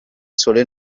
sole